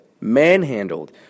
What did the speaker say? manhandled